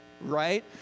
right